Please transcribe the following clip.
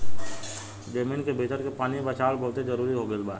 जमीन के भीतर के पानी के बचावल बहुते जरुरी हो गईल बा